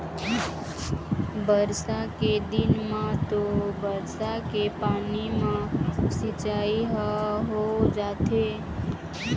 बरसा के दिन म तो बरसा के पानी म सिंचई ह हो जाथे